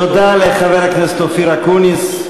תודה לחבר הכנסת אופיר אקוניס,